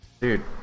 Dude